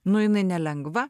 nu jinai nelengva